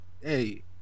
hey